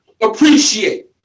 appreciate